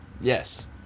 Yes